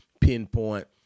pinpoint